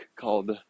called